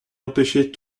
empêcher